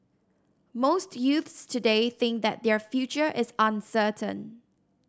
most youths today think that their future is uncertain